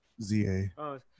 ZA